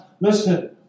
listen